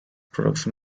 production